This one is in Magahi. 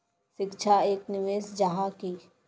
शिक्षा एक निवेश जाहा की?